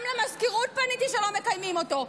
גם למזכירות פניתי שלא מקיימים אותו,